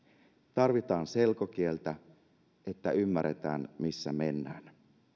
tarvitaan selkokieltä että ymmärretään missä mennään